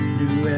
new